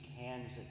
hands